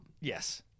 Yes